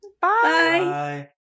Bye